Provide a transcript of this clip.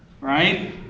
right